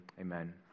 Amen